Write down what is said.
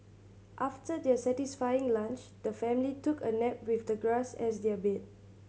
after their satisfying lunch the family took a nap with the grass as their bed